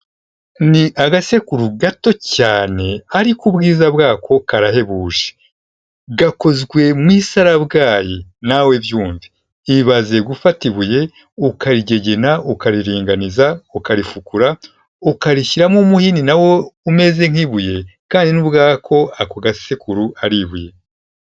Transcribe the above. Ni agasekuru gato cyane ariko ubwiza bwako karahebuje, gakozwe mu isarabwayi nawe byundi. Ibaze gufata ibuye ukarigegena, ukariringaniza, ukarifukura, ukarishyiramo umuhini na wo umeze nk'ibuye. Kandi n'ubwako ako gasekuru ari ibuye.